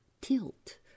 tilt